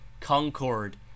concord